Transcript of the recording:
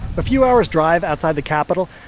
a few hours' drive outside the capital,